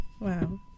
Wow